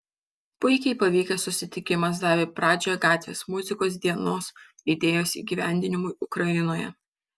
puikiai pavykęs susitikimas davė pradžią gatvės muzikos dienos idėjos įgyvendinimui ukrainoje